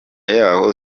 yaho